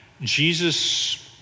Jesus